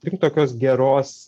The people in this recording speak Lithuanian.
link tokios geros